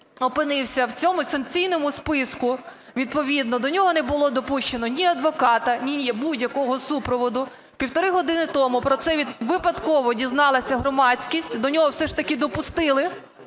опинився в цьому санкційному списку відповідно. До нього не було допущено ні адвоката, ну будь-якого супроводу. Півтори години тому про це випадково дізналася громадськість, до нього все ж таки допустили